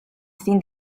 sin